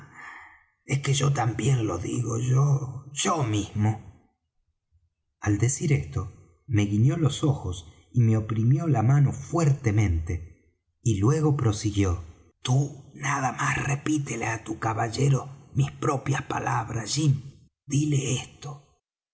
es que yo también lo digo yo yo mismo al decir esto me guiñó los ojos y me oprimió la mano fuertemente y luego prosiguió tú nada más repítele á tu caballero mis propias palabras jim díle esto